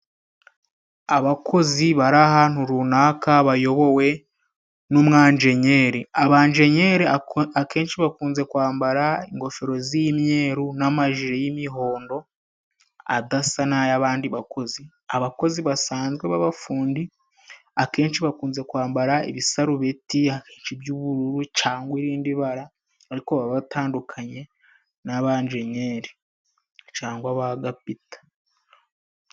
Abakozi bari ahantu runaka, bayobowe n'umwanjenyeri, abanjenyeri akenshi bakunze kwambara ingofero z'imyeru, n'amajire y'imihondo adasa n'ay'abandi bakozi, abakozi basanzwe b'abafundi akenshi bakunze kwambara ibisarubeti by'ubururu cyangwa irindi bara, ariko baba batandukanye n'abanjenyeri cyangwa ba gapita.